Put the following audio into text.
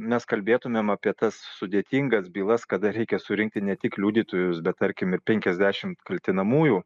mes kalbėtumėm apie tas sudėtingas bylas kada reikia surinkti ne tik liudytojus bet tarkim ir penkiasdešimt kaltinamųjų